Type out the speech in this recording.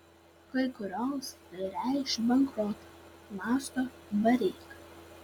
kai kurioms tai reikš bankrotą mąsto bareika